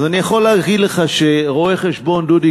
אז אני יכול להגיד לך שרואה-החשבון דודי